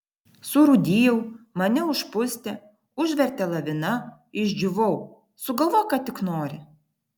surūdijau mane užpustė užvertė lavina išdžiūvau sugalvok ką tik nori